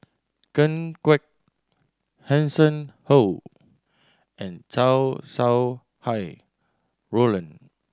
Ken Kwek Hanson Ho and Chow Sau Hai Roland